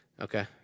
Okay